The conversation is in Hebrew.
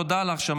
--- תודה לך.